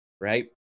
right